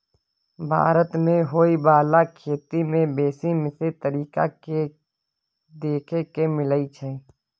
भारत मे होइ बाला खेती में बेसी मिश्रित तरीका देखे के मिलइ छै